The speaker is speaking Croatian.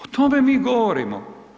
O tome mi govorimo.